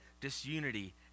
disunity